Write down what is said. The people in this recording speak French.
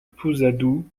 pousadou